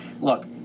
look